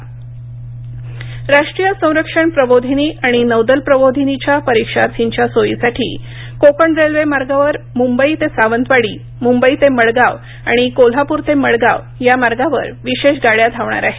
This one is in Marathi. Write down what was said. कोकण रेल्वे राष्ट्रीय संरक्षण प्रबोधिनी आणि नौदल प्रबोधिनीच्या परीक्षार्थींच्या सोयीसाठी कोकण रेल्वे मार्गावर मुंबई ते सावंतवाडी मुंबई ते मडगाव आणि कोल्हापूर ते मडगाव या मार्गावर विशेष गाड्या धावणार आहेत